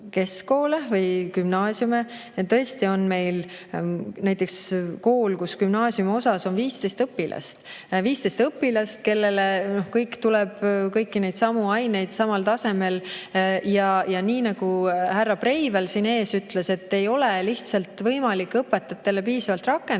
keskkoole või gümnaasiume. Tõesti, meil on näiteks kool, kus gümnaasiumiosas on 15 õpilast, kellele kõigile tuleb [anda] kõiki neidsamu aineid samal tasemel. Ja nii nagu härra Breivel siin ees ütles, ei ole lihtsalt võimalik õpetajatele piisavalt rakendust